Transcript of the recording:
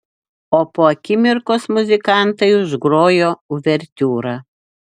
o po akimirkos muzikantai užgrojo uvertiūrą